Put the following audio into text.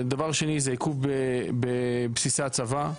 דבר שני זה עיכוב בבסיסי הצבא,